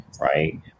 right